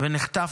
נחטף